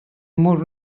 mur